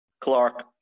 Clark